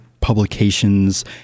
publications